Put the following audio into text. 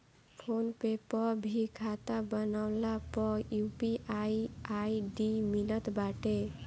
phone पे पअ भी खाता बनवला पअ यू.पी.आई आई.डी मिलत बाटे